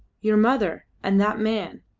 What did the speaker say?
your mother and that man?